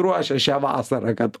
ruošia šią vasarą kad